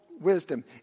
wisdom